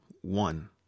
one